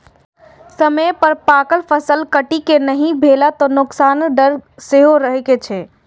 समय पर पाकल फसलक कटनी नहि भेला सं नोकसानक डर सेहो रहै छै